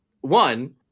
One